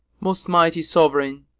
most mighty sovereign,